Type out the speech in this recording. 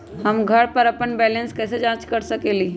हम घर पर अपन बैलेंस कैसे जाँच कर सकेली?